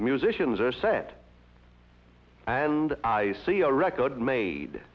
the musicians are set i see a record made